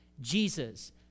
Jesus